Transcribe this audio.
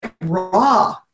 raw